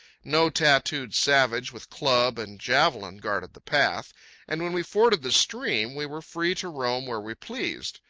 no tattooed savage with club and javelin guarded the path and when we forded the stream, we were free to roam where we pleased.